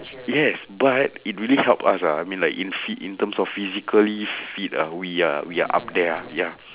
yes but it really help us ah I mean like in phy~ in terms of physically fit ah we are we are up there ya